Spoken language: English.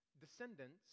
descendants